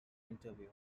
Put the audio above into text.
interview